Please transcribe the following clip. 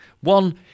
one